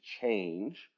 change